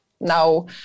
now